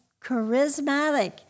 charismatic